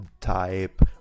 type